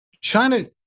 China